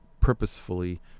purposefully